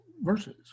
verses